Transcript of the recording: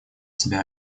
себя